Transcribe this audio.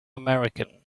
american